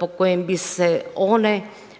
po kojem bi se one